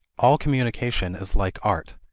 all communication is like art.